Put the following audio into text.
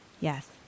Yes